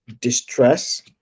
distress